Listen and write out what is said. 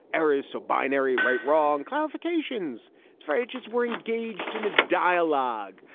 error is so binary, right? wrong clarifications for ages, we're engaged in a dialogue,